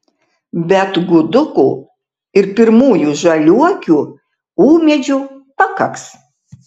bet gudukų ir pirmųjų žaliuokių ūmėdžių pakaks